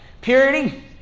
purity